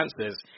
chances